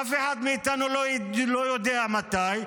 אף אחד מאיתנו לא יודע מתי.